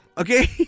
Okay